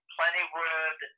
Plentywood